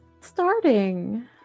starting